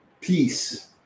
Peace